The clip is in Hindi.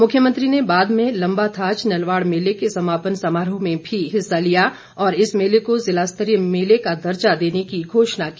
मुख्यमंत्री ने बाद में लम्बाथाच नलवाड़ मेले के समापन समारोह में भी हिस्सा लिया और इस मेले को ज़िला स्तरीय मेले का दर्जा देने की घोषणा की